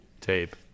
tape